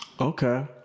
Okay